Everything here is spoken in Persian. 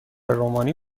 رومانی